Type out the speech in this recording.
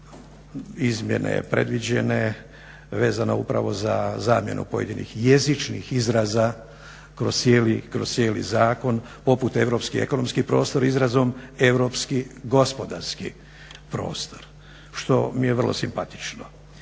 izmjene predviđene vezano upravo za zamjenu pojedini jezičnih izraza kroz cijeli zakon poput europski ekonomski prostor izrazom europski gospodarski prostor, što mi je vrlo simpatično.